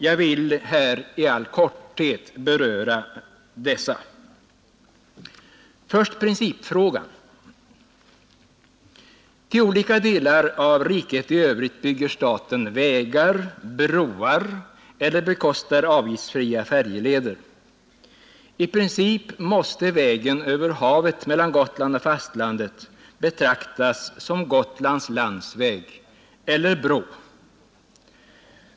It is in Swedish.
Jag vill här i korthet beröra dessa. Först principfrågan. Till olika delar av riket i övrigt bygger staten vägar, broar eller bekostar avgiftsfria färjeleder. I princip måste vägen över havet mellan Gotland och fastlandet betraktas som Gotlands landsväg eller bro.